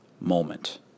moment